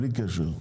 בלי קשר,